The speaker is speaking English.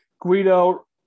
Guido